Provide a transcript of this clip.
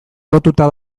lotuta